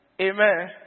Amen